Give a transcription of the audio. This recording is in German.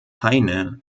heine